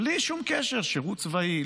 בלי שום קשר לשירות צבאי,